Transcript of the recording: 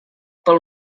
pel